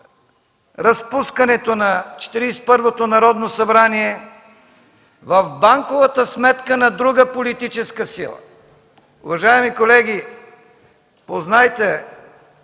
Четиридесет и първото Народно събрание в банковата сметка на друга политическа сила. Уважаеми колеги, познайте